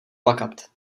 plakat